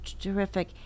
Terrific